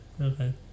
okay